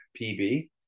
pb